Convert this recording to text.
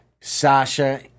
Sasha